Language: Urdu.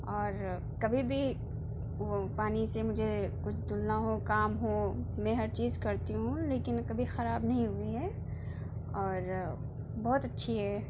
اور کبھی بھی وہ پانی سے مجھے کچھ دھلنا ہو کام ہو میں ہر چیز کرتی ہوں لیکن کبھی خراب نہیں ہوئی ہے اور بہت اچھی ہے